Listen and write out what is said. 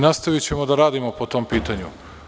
Nastavićemo da radimo po tom pitanju.